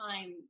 time